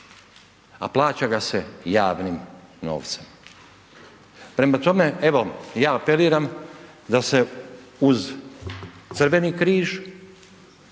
a plaća ga se javnim novcem. Prema tome, evo, ja apeliram da se uz Crveni križ